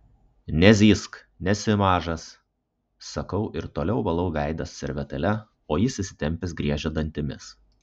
nezyzk nesi mažas sakau ir toliau valau veidą servetėle o jis įsitempęs griežia dantimis